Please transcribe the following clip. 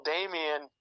Damian